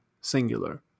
singular